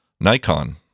Nikon